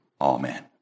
Amen